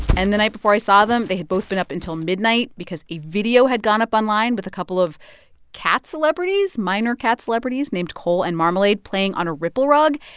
and the night before i saw them, they had both been up until midnight because a video had gone up online with a couple of cat celebrities minor cat celebrities named cole and marmalade playing on a ripple rug,